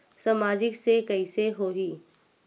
सामाजिक से कइसे होही?